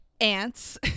Ants